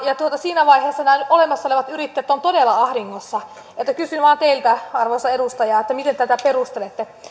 siinä vaiheessa nämä olemassa olevat yrittäjät ovat todella ahdingossa kysyn vain teiltä arvoisa edustaja miten tätä perustelette